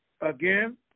Again